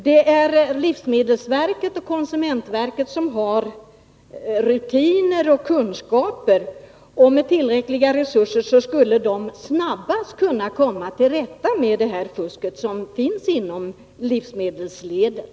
Det är livsmedelsverket och konsumentverket som har rutiner och kunskaper, och med tillräckliga resurser skulle de snabbast komma till rätta med fusket inom livsmedelsledet.